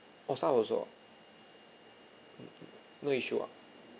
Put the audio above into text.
oh starhub also ah no issue ah